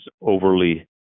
overly